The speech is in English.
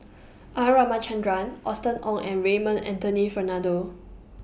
R Ramachandran Austen Ong and Raymond Anthony Fernando